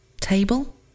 Table